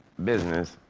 business.